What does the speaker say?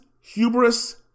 Hubris